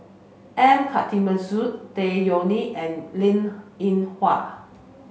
M Karthigesu Tan Yeok Nee and Linn In Hua